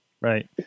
Right